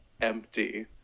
empty